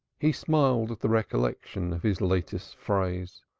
he smiled at the recollection of his latest phrase.